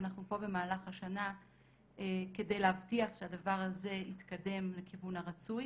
ואנחנו פה במהלך השנה כדי להבטיח שהדבר הזה יתקדם לכיוון הרצוי.